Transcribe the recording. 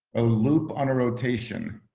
ah loop on a rotation?